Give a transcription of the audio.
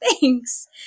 thanks